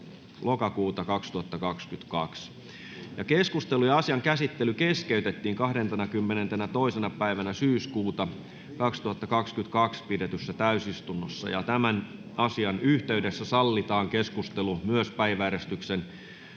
27.10.2022. Keskustelu ja asian käsittely keskeytettiin 22.9.2022 pidetyssä täysistunnossa. Tämän asian yhteydessä sallitaan keskustelu myös päiväjärjestyksen